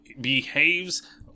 behaves